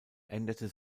änderte